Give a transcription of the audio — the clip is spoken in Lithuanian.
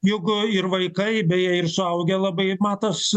juk ir vaikai beje ir suaugę labai matos